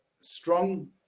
strong